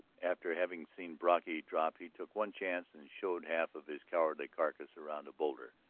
after having seen brocky drop he took one chance and showed half of his cowardly carcass around a boulder.